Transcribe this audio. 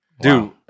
Dude